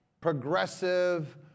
progressive